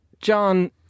John